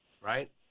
Right